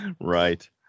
Right